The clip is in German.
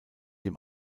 dem